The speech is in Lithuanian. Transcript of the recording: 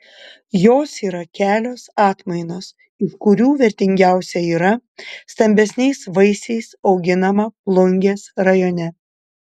jos yra kelios atmainos iš kurių vertingiausia yra stambesniais vaisiais auginama plungės rajone